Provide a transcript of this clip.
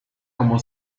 como